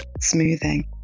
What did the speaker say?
smoothing